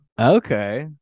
Okay